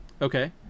Okay